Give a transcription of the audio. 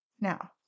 Now